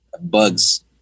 bugs